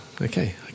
okay